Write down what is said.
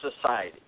society